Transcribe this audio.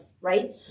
right